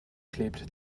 klebt